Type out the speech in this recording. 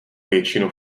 většinu